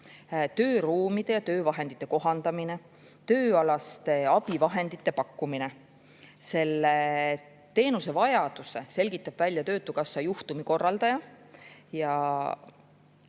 tööruumide ja töövahendite kohandamine, tööalaste abivahendite pakkumine. Selle teenuse vajaduse selgitab välja töötukassa juhtumikorraldaja ja